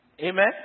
Amen